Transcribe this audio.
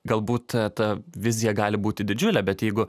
galbūt ta vizija gali būti didžiulė bet jeigu